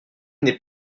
n’est